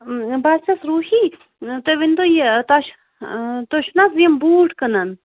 بہٕ حظ چھس ر وٗحی تُہۍ ؤنۍ تو یہِ تۄہہِ چھِ اۭں تُہۍ چھُو نہٕ حظ یِِم بوٗٹ کٕنان